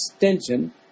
extension